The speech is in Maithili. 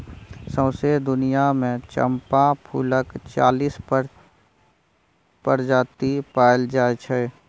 सौंसे दुनियाँ मे चंपा फुलक चालीस प्रजाति पाएल जाइ छै